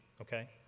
okay